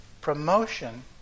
promotion